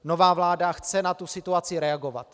Nová vláda chce na tuto situaci reagovat.